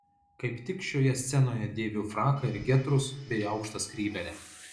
kaip tik šioje scenoje dėviu fraką ir getrus bei aukštą skrybėlę